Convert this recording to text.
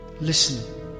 Listen